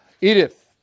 Edith